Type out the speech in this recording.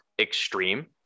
extreme